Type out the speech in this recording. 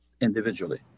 Individually